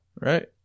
Right